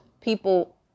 people